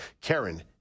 Karen